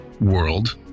world